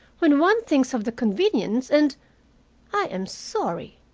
when one thinks of the convenience, and i am sorry.